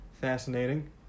Fascinating